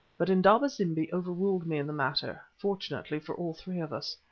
but indaba-zimbi overruled me in the matter, fortunately for all three of us.